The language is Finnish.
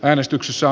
äänestyksessä